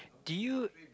do you